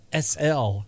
sl